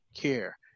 care